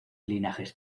linajes